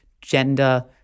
gender